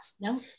No